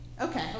Okay